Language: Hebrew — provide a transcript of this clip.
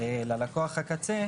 ללקוח הקצה